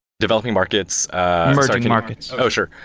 developing markets merging markets oh, sure.